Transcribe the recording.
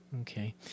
Okay